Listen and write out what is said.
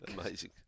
amazing